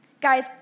Guys